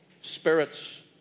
spirits